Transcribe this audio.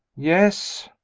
yes.